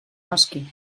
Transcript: noski